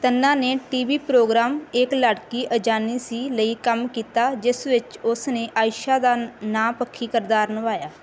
ਤੰਨਾ ਨੇ TV programme Ek Ladki Anjaani Si ਲਈ ਕੰਮ ਕੀਤਾ ਜਿਸ ਵਿੱਚ ਉਸ ਨੇ ਆਇਸ਼ਾ ਦਾ ਨਾਂ ਪੱਖੀ ਕਿਰਦਾਰ ਨਿਭਾਇਆ